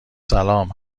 سلام